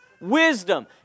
Wisdom